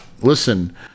listen